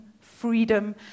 freedom